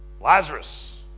Lazarus